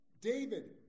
David